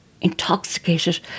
Intoxicated